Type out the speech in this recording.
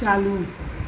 चालू